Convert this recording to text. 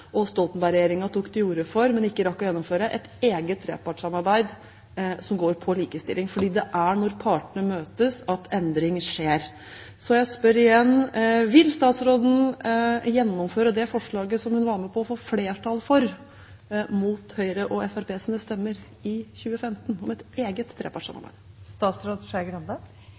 og Stoltenberg-regjeringen tok til orde for, men ikke rakk å gjennomføre: et eget trepartssamarbeid som går på likestilling. For det er når partene møtes, at endring skjer. Så jeg spør igjen: Vil statsråden gjennomføre det forslaget som hun var med på å få flertall for – mot Fremskrittspartiets og Høyres stemmer i 2105 – om et eget trepartssamarbeid?